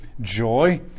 joy